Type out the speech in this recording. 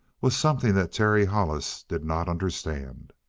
was something that terry hollis did not understand.